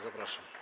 Zapraszam.